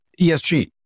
ESG